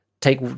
take